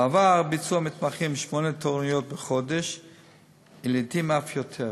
בעבר ביצעו המתמחים שמונה תורנויות בחודש ולעתים אף יותר,